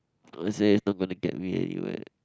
honestly not gonna get me anywhere